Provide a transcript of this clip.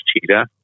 cheetah